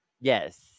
Yes